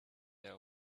her